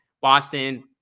Boston